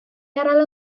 järele